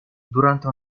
durante